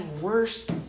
worst